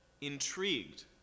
intrigued